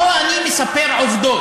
נכון, פה אני מספר עובדות.